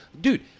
Dude